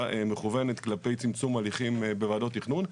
מכוונת כלפי צמצום הליכים בוועדות תכנון.